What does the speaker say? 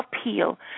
appeal